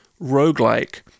roguelike